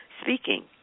speaking